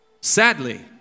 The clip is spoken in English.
sadly